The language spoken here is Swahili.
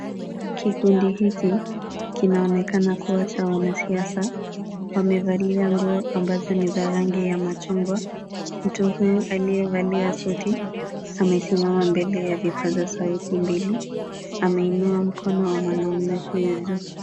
Kikundi hiki kinaonekana kuwa cha wanasiasa. Wamevalia nguo ambazo ni za rangi ya machungwa. Mtu huyu aliyevalia suti amesimama mbele ya vipaza sauti mbili ameinua mkono wa mwanaume huyo juu.